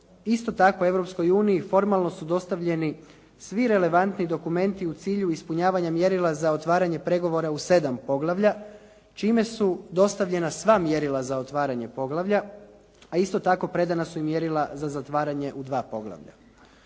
Europskoj uniji formalno su dostavljeni svi relevantni dokumenti u cilju ispunjavanja mjerila za otvaranje pregovora u sedam poglavlja čime su dostavljena sva mjerila za otvaranje poglavlja, a isto tako predana su i mjerila za zatvaranje u dva poglavlja.